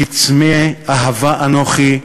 כי צמא אהבה אנוכי,